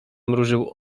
mrużył